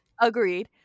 agreed